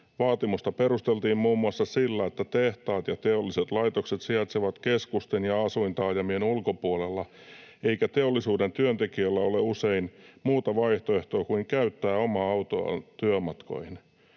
Vaatimusta perusteltiin muun muassa sillä, että tehtaat ja teolliset laitokset sijaitsevat keskusten ja asuintaajamien ulkopuolella eikä teollisuuden työntekijöillä ole usein muuta vaihtoehtoa kuin käyttää omaa autoaan työmatkoihin.